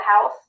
house